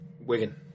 Wigan